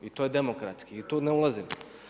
I to je demokratski i tu ne ulazim.